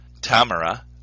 tamara